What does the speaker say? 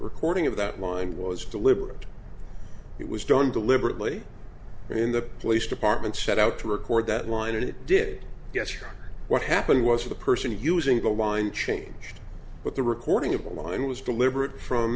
recording of that line was deliberate it was done deliberately and in the police department set out to record that line and it did yes what happened was the person using the wind changed but the recording of a line was deliberate from